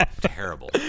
terrible